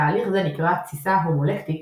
תהליך זה נקרא "תסיסה הומולקטית",